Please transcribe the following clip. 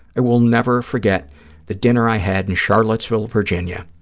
i will never forget the dinner i had in charlottesville, virginia,